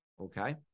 Okay